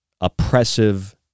oppressive